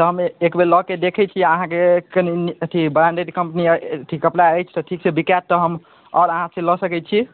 तऽ हम एक बेर लऽ कऽ देखै छियै अहाँकेँ कनी अथी ब्राण्डेड कम्पनी अथी कपड़ा अछि तऽ ठीक छै बिकायत तऽ हम आओर अहाँसँ लऽ सकै छी